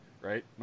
Right